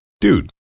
Dude